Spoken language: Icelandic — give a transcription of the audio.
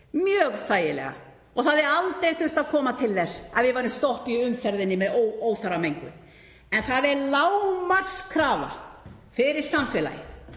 mjög þægilega. Það hefði aldrei þurft að koma til þess að við værum stopp í umferðinni með óþarfamengun. En það er lágmarkskrafa fyrir samfélagið